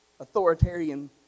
Authoritarian